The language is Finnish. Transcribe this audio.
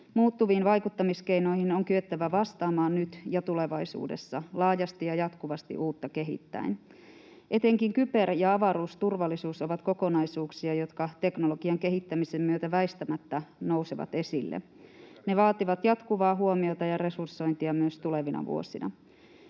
Muuttuviin vaikuttamiskeinoihin on kyettävä vastaamaan nyt ja tulevaisuudessa laajasti ja jatkuvasti uutta kehittäen. Etenkin kyber‑ ja avaruusturvallisuus ovat kokonaisuuksia, jotka teknologian kehittämisen myötä väistämättä nousevat esille. Ne vaativat jatkuvaa huomiota ja resursointia myös tulevina vuosina.